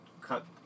cut